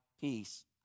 peace